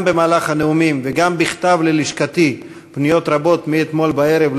גם במהלך הנאומים וגם בכתב ללשכתי מאתמול בערב,